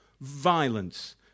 violence